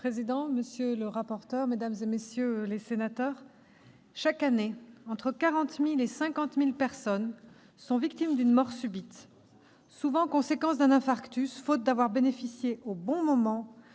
Monsieur le président, monsieur le rapporteur, mesdames, messieurs les sénateurs, chaque année, entre 40 000 et 50 000 personnes sont victimes d'une mort subite, souvent à la suite d'un infarctus, faute d'avoir bénéficié au bon moment